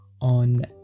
on